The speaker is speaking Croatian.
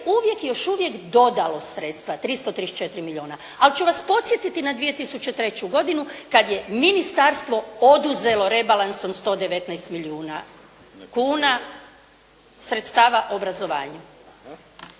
uvijek još uvijek dodao sredstva, 334 milijuna. Ali ću vas podsjetiti na 2003. godinu kada je ministarstvo oduzelo rebalansom 119 milijuna kuna sredstava obrazovanju.